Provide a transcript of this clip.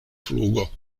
flugo